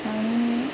आणि